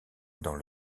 dans